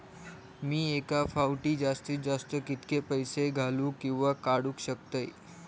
मी एका फाउटी जास्तीत जास्त कितके पैसे घालूक किवा काडूक शकतय?